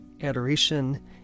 adoration